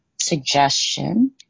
suggestion